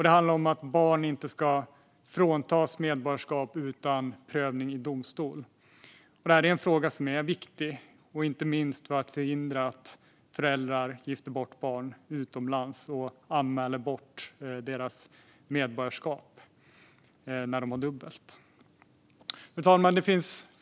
Det handlar om att barn inte ska befrias från medborgarskap utan prövning i domstol. Detta är en fråga som är viktig, inte minst för att förhindra att föräldrar gifter bort barn utomlands och anmäler att deras svenska medborgarskap ska upphävas när de har dubbelt medborgarskap. Fru talman!